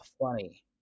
funny